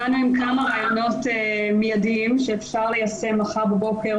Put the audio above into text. באנו עם כמה רעיונות מידיים שאפשר ליישם מחר בבוקר,